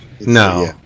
No